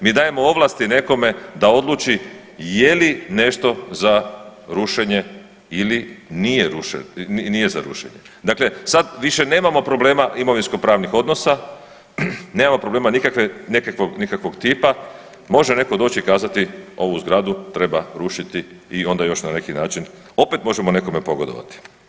Mi dajemo ovlasti nekome da odluči je li nešto za rušenje ili nije za rušenje, dakle sad više nemamo problema imovinskopravnih odnosa, nemamo problema nikakve, nekakvog, nikakvog tipa, može netko doći i kazati ovu zgradu treba rušiti i onda još na neki način opet možemo nekome pogodovati.